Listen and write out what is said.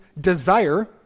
desire